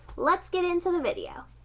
let's get into the video!